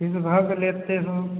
किस भाव से लेते हो